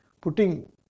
putting